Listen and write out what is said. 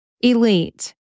Elite